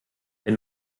wenn